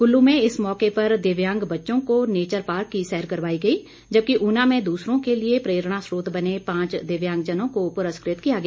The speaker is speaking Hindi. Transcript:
कुल्लू में इस मौके पर दिव्यांग बच्चों को नेचर पार्क की सैर करवाई गई जबकि ऊना में दूसरों के लिए प्रेरणा स्रोत बने पांच दिव्यांगजनों को पुरस्कृत किया गया